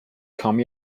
come